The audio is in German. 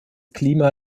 klima